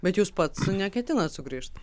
bet jūs pats neketinat sugrįžt